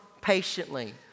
patiently